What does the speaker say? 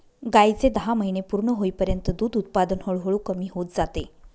गायीचे दहा महिने पूर्ण होईपर्यंत दूध उत्पादन हळूहळू कमी होत जाते